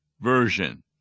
Version